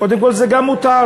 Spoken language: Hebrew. קודם כול, זה גם מותר.